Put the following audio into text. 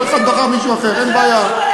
כל אחד בחר מישהו אחר, אין בעיה.